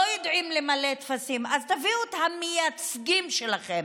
לא יודעים למלא טפסים, אז תביאו את המייצגים שלכם.